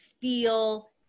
feel